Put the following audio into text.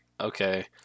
okay